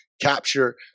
capture